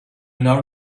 now